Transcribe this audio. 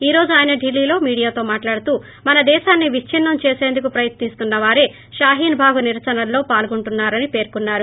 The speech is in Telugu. ఈ రోజు ఆయన ఢిల్లీలో మీడియాతో మాట్లాడుతూ మన దేశాన్ని విచ్చిన్నం చేసేందుకు ప్రయత్నిస్తున్న వారే షాహీన్ భాగ్ నిరసనల్లో పాల్గొంటున్నారని పేర్కొన్నారు